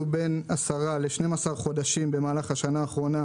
בין 10 12 חודשים במהלך השנה האחרונה